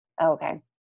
Okay